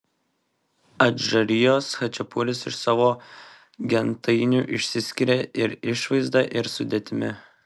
adžarijos chačapuris iš savo gentainių išsiskiria ir išvaizda ir sudėtimi